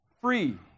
free